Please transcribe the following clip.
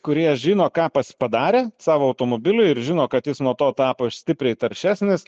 kurie žino ką pas padarė savo automobiliui ir žino kad jis nuo to tapo stipriai taršesnis